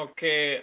Okay